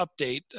update